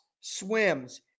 swims